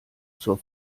zur